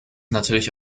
natürlich